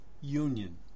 union